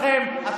תתביישו לכם.